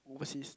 overseas